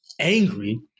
angry